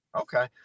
Okay